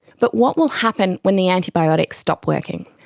but what will happen when the antibiotics stop working?